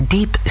Deep